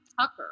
tucker